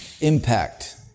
impact